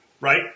right